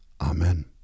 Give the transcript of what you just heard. Amen